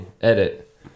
edit